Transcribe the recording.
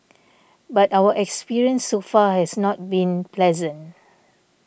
but our experience so far has not been pleasant